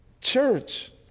Church